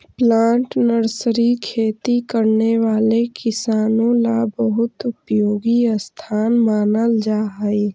plant nursery खेती करने वाले किसानों ला बहुत उपयोगी स्थान मानल जा हई